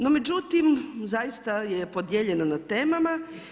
No međutim, zaista je podijeljeno na temama.